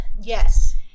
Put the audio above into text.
Yes